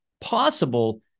possible